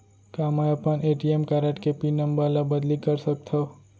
का मैं अपन ए.टी.एम कारड के पिन नम्बर ल बदली कर सकथव?